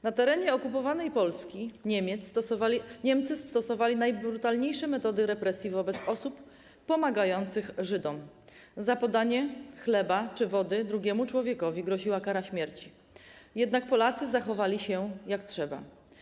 Na terenie okupowanej Polski Niemcy stosowali najbrutalniejsze metody represji wobec osób pomagających Żydom - za podanie chleba czy wody drugiemu człowiekowi groziła kara śmierci - jednak Polacy zachowywali się jak trzeba.